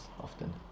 often